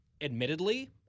admittedly—